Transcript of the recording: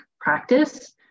practice